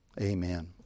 Amen